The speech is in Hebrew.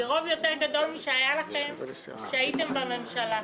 זה רוב יותר גדול משהיה לכם כשהייתם בממשלה.